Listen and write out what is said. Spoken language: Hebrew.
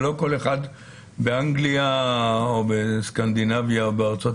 ולא כל אחד באנגלייה או בסקנדינביה או בארצות